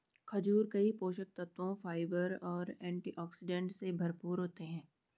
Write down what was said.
खजूर कई पोषक तत्वों, फाइबर और एंटीऑक्सीडेंट से भरपूर होते हैं